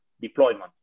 deployment